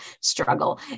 struggle